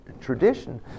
tradition